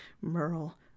Merle